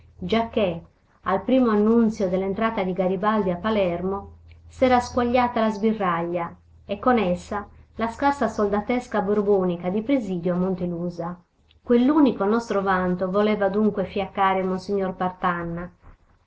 giacché al primo annunzio dell'entrata di garibaldi a palermo s'era squagliata la sbirraglia e con essa la scarsa soldatesca borbonica di presidio a montelusa quell'unico nostro vanto voleva dunque fiaccare monsignor partanna